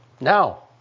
Now